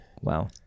Wow